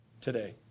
today